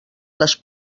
les